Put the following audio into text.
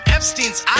Epstein's